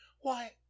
Why